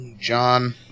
John